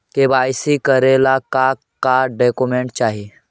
KYC करे ला का का डॉक्यूमेंट चाही?